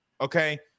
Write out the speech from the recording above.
okay